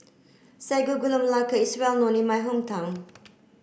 Sago Gula Melaka is well known in my hometown